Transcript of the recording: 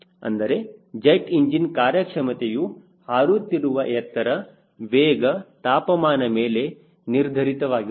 ಅಂದರೆ jet engine ಕಾರ್ಯಕ್ಷಮತೆಯು ಹಾರುತ್ತಿರುವ ಎತ್ತರ ವೇಗ ತಾಪಮಾನ ಮೇಲೆ ನಿರ್ಧರಿತವಾಗಿರುತ್ತದೆ